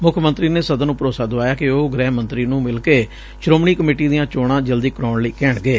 ਮੁੱਖ ਮੰਤਰੀ ਨੇ ਸਦਨ ਨੂੰ ਭਰੋਸਾ ਦੁਆਇਆ ਕਿ ਉਹ ਗ੍ਹਿ ਮੰਤਰੀ ਨੂੰ ਮਿਲ ਕੇ ਸ੍ਰੋਮਣੀ ਕਮੇਟੀ ਦੀਆਂ ਚੋਣਾਂ ਜਲਦੀ ਕਰਾਉਣ ਲਈ ਕਹਿਣਗੇ